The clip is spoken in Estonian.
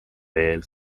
veel